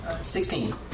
Sixteen